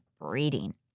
breeding